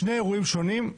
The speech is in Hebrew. שני אירועים שונים,